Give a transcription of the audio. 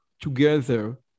together